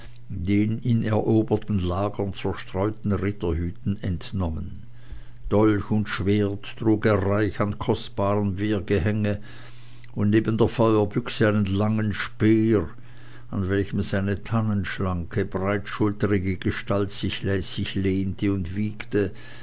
den in eroberten lagern zerstreuten ritterhüten entnommen dolch und schwert trug er reich an kostbarem wehrgehänge und neben der feuerbüchse einen langen speer an welchem seine tannenschlanke breitschulterige gestalt sich lässig lehnte und wiegte